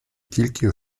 тільки